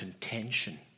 contention